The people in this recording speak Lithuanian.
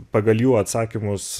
pagal jų atsakymus